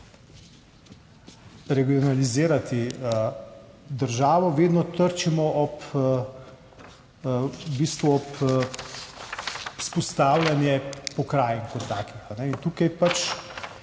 regionalizirati državo, vedno v bistvu trčimo ob vzpostavljanje pokrajin